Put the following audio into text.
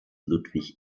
ludwig